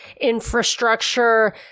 infrastructure